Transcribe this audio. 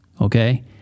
okay